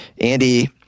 Andy